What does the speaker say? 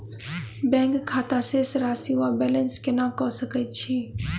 Bank खाता शेष राशि वा बैलेंस केना कऽ सकय छी?